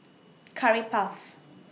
Curry Puff